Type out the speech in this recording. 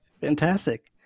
Fantastic